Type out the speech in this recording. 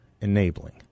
enabling